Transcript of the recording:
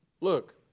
Look